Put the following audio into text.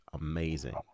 Amazing